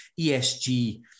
ESG